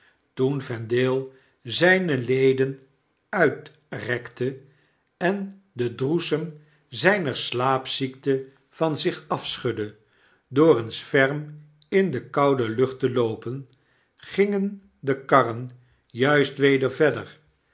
toen vendale zyne leden uitrekte en den droesem zyner slaapziekte van zich afschudde door eens ferm in de koude lucht te loopen gingen de karren juist weder verder